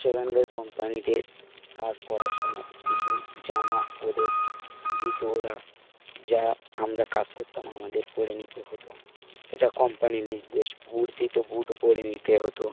সেখানকার কোম্পানিদের কাজ করার সময় কিছু জামা ওদের দিত ওরা যা আমরা কাজ করতাম আমাদের পরে নিতে হতো এটা কোম্পানির নির্দেশ বুট দিতো বুটও পড়ে নিতে হতো